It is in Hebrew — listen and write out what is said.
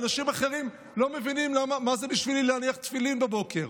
אנשים אחרים לא מבינים מה זה בשבילי להניח תפילין בבוקר.